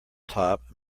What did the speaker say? top